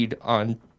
on